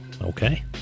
Okay